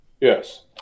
yes